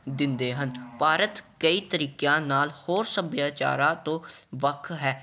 ਦਿੰਦੇ ਹਨ ਭਾਰਤ ਕਈ ਤਰੀਕਿਆਂ ਨਾਲ ਹੋਰ ਸੱਭਿਆਚਾਰਾਂ ਤੋਂ ਵੱਖ ਹੈ